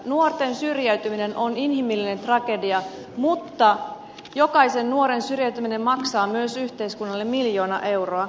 nuorten syrjäytyminen on inhimillinen tragedia mutta jokaisen nuoren syrjäytyminen maksaa myös yhteiskunnalle miljoona euroa